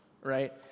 right